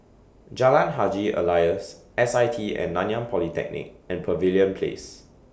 Jalan Haji Alias S I T and Nanyang Polytechnic and Pavilion Place